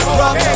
rock